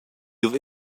have